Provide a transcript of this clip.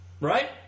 Right